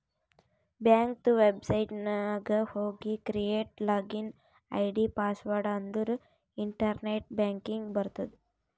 ಬ್ಯಾಂಕದು ವೆಬ್ಸೈಟ್ ನಾಗ್ ಹೋಗಿ ಕ್ರಿಯೇಟ್ ಲಾಗಿನ್ ಐ.ಡಿ, ಪಾಸ್ವರ್ಡ್ ಅಂದುರ್ ಇಂಟರ್ನೆಟ್ ಬ್ಯಾಂಕಿಂಗ್ ಬರ್ತುದ್